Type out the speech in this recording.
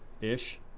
Ish